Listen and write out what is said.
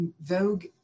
vogue